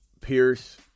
Pierce